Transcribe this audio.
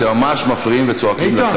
אתם ממש מפריעים לשר וצועקים.